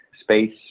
space